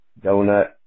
Donut